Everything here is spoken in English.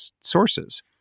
sources